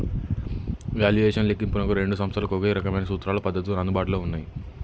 valuation లెక్కింపునకు రెండు సంస్థలకు ఒకే రకమైన సూత్రాలు, పద్ధతులు అందుబాటులో ఉన్నయ్యి